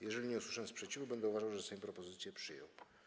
Jeżeli nie usłyszę sprzeciwu, będę uważał, że Sejm propozycje przyjął.